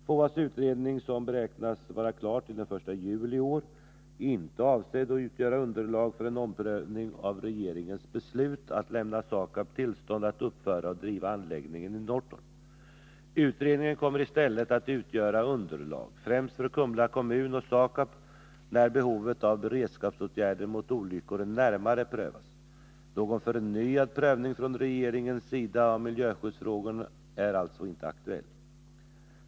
FOA:s utredning, som beräknas vara klar till den 1 juli i år, är inte avsedd att utgöra underlag för en omprövning av regeringens beslut att lämna SAKAB tillstånd att uppföra och driva anläggningen i Norrtorp. Utredningen kommer i stället att utgöra underlag främst för Kumla kommun och SAKAB när behovet av beredskapsåtgärder mot olyckor närmare prövas. Någon förnyad prövning från regeringens sida av miljöskyddsfrågorna är alltså inte aktuell.